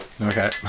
Okay